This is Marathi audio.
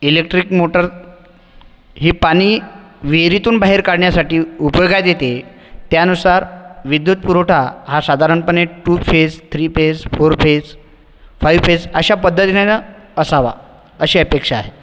इलेक्ट्रिक मोटर ही पाणी विहिरीतून बाहेर काढण्यासाठी उ उपयोगात येते त्यानुसार विद्युत पुरवठा हा साधारणपणे two phase three phase four phase five phase अशा पध्दतीने न असावा अशी अपेक्षा आहे